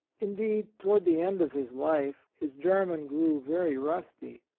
in deed toward the end of his life his german grew very rusty.